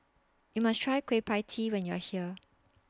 YOU must Try Kueh PIE Tee when YOU Are here